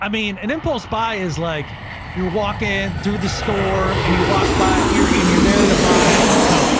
i mean an impulse buy is like you're walking through the store and you walk by you're in, you're there to buy a coat